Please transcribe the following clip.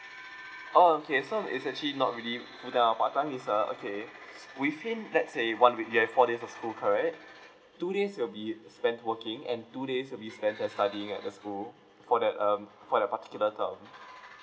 oh okay so it's actually not really full time or part time it's a okay within let's say one week you have four days of school correct two days will be spent working and two days will be spent as studying at the school for that um for that particular term